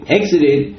exited